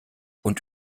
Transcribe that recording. und